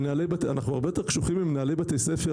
אנחנו הרבה יותר קשוחים עם מנהלי בתי ספר,